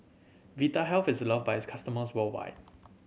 Vitahealth is love by its customers worldwide